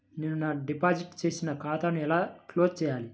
నేను నా డిపాజిట్ చేసిన ఖాతాను ఎలా క్లోజ్ చేయాలి?